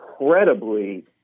incredibly